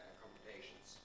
computations